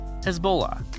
Hezbollah